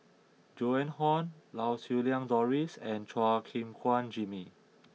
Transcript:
Joan Hon Lau Siew Lang Doris and Chua Gim Guan Jimmy